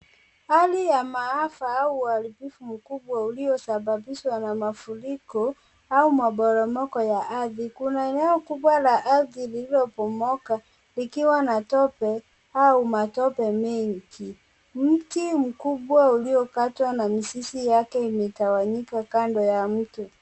Hali ya maafa au uharibifu mkubwa uliosababishwa na mafuriko au maporomoko ya ardhi. Kuna eneo kubwa la ardhi lililobomoka ikiwa na tope au matope mengi. Mti mkubwa uliokatwa na mizizi yake imetawanyika kando ya mto.